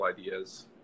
ideas